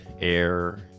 Air